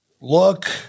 look